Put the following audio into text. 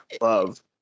love